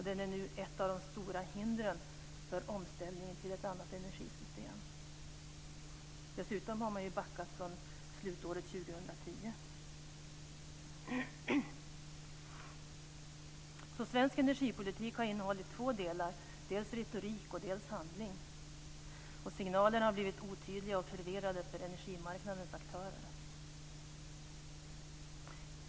Den är nu ett av de stora hindren för omställning till ett annat energisystem. Dessutom har man backat från slutåret 2010. Svensk energipolitik har innehållit två delar, dels retorik, dels handling. Signalerna har blivit otydliga och förvirrade för energimarknadens aktörer.